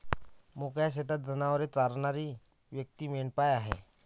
मोकळ्या शेतात जनावरे चरणारी व्यक्ती मेंढपाळ आहे